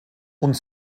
und